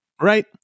Right